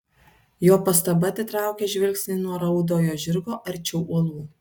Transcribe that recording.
jo pastaba atitraukia žvilgsnį nuo raudojo žirgo arčiau uolų